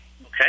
Okay